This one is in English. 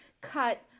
cut